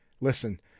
Listen